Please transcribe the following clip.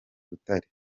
butare